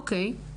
אוקיי.